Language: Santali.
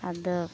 ᱟᱫᱚ